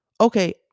okay